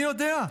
אני יודע,